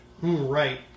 Right